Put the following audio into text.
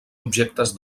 objectes